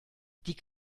die